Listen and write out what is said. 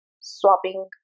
Swapping